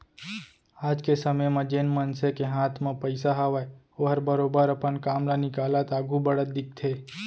आज के समे म जेन मनसे के हाथ म पइसा हावय ओहर बरोबर अपन काम ल निकालत आघू बढ़त दिखथे